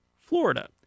Florida